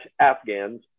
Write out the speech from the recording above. Afghans